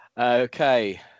Okay